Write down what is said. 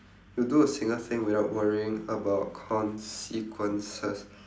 to do a single thing without worrying about consequences